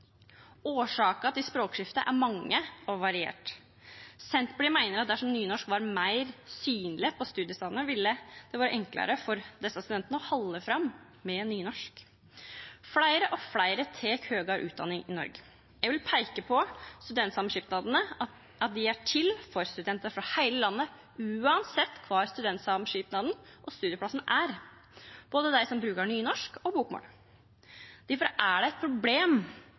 til språkskiftet er mange og varierte. Senterpartiet meiner at dersom nynorsk var meir synleg på studiestadane, ville det vera enklare for desse studentane å halda fram med nynorsk. Fleire og fleire tek høgare utdanning i Noreg. Eg vil peika på at studentsamskipnadene er til for studentar frå heile landet, uansett kvar studentsamskipnaden og studieplassen er, både dei som brukar nynorsk, og dei som brukar bokmål. Difor er det eit problem